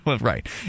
Right